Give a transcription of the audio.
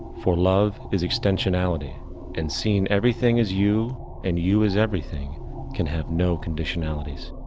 for love is extensionality and seeing everything as you and you as everything can have no conditionalities,